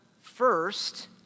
first